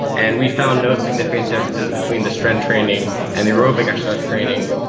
and we found no significant differences between the strength training and the aerobic exercise training.